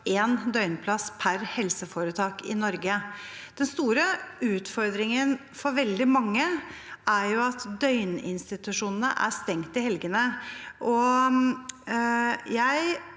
én døgnplass per helseforetak i Norge. Den store utfordringen for veldig mange er at døgninstitusjonene er stengt i helgene.